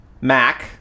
Mac